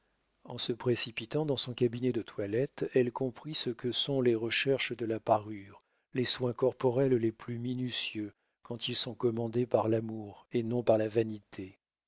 en se précipitant dans son cabinet de toilette elle comprit ce que sont les recherches de la parure les soins corporels les plus minutieux quand ils sont commandés par l'amour et non par la vanité